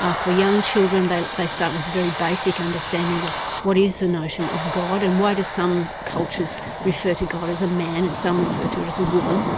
ah for young children they they start with a very basic understanding of what is the notion of god and why do some cultures refer to god as a man and some refer to it as a woman,